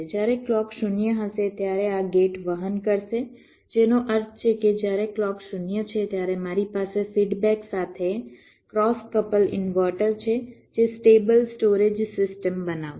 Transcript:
જ્યારે ક્લૉક 0 હશે ત્યારે આ ગેટ વહન કરશે જેનો અર્થ છે કે જ્યારે ક્લૉક 0 છે ત્યારે મારી પાસે ફીડબેક સાથે ક્રોસ કપલ ઇન્વર્ટર છે જે સ્ટેબલ સ્ટોરેજ સિસ્ટમ બનાવશે